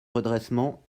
redressement